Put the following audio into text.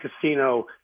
casino